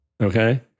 Okay